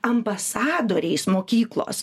ambasadoriais mokyklos